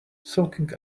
soaking